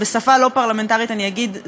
בשפה לא פרלמנטרית אני אגיד,